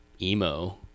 emo